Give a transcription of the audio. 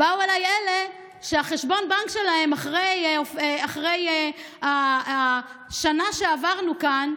באו אליי אלה שחשבון הבנק שלהם סגור אחרי השנה שעברנו כאן,